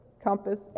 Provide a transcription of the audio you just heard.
Compass